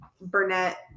Burnett